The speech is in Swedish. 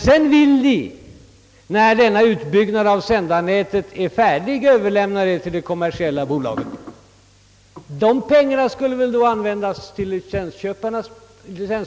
Men då denna utbyggnad av sändarnätet är färdig vill reservanterna Ööverlämna det hela till ett kommersiellt bolag. Dessa pengar borde väl då i stället användas till licensbetalarnas bästa.